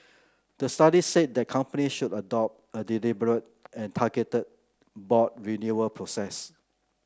the study said that companies should adopt a deliberate and targeted board renewal process